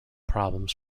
problems